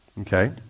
okay